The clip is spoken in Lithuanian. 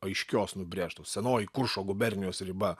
aiškios nubrėžtos senoji kuršo gubernijos riba